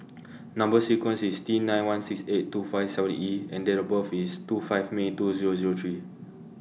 Number sequence IS T nine one six eight two five seven E and Date of birth IS two five May two Zero Zero three